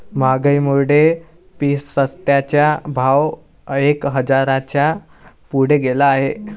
महागाईमुळे पिस्त्याचा भाव एक हजाराच्या पुढे गेला आहे